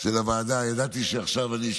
של הוועדה, ידעתי שעכשיו אני אשכח.